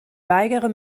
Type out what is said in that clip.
weigere